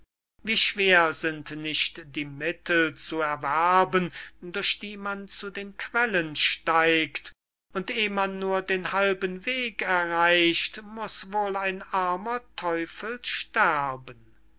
wie schwer sind nicht die mittel zu erwerben durch die man zu den quellen steigt und eh man nur den halben weg erreicht muß wohl ein armer teufel sterben